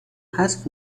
حذف